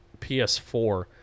PS4